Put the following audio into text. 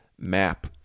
map